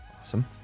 Awesome